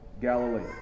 Galilee